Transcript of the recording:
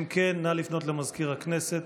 אם כן, נא לפנות למזכיר הכנסת.